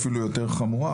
אפילו יותר חמורה.